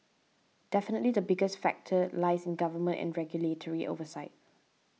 definitely the biggest factor lies in government and regulatory oversight